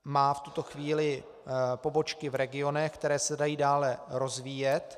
Má v tuto chvíli pobočky v regionech, které se dají dále rozvíjet.